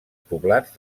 poblats